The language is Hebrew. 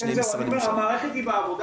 המערכת היא בעבודה.